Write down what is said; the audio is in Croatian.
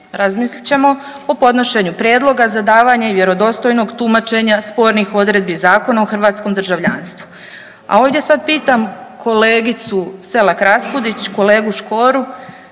razmislit ćemo o podnošenju prijedloga za davanje vjerodostojnog tumačenja spornih odredbi Zakona o hrvatskom državljanstvu. A ovdje sad pitam kolegicu Selak Raspudić i kolegu Škoru,